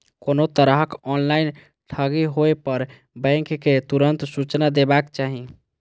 कोनो तरहक ऑनलाइन ठगी होय पर बैंक कें तुरंत सूचना देबाक चाही